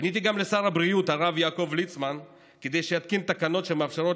פניתי גם לשר הבריאות הרב יעקב ליצמן כדי שיתקין תקנות שמאפשרות